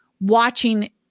watching